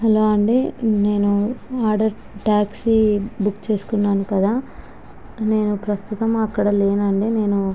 hello అండి నేను order taxi book చేసుకున్నాను కదా నేను ప్రస్తుతం అక్కడ లేనండి నేను